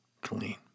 clean